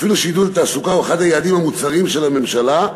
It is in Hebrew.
אפילו שעידוד התעסוקה הוא אחד היעדים המוצהרים של הממשלה,